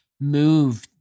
move